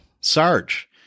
Sarge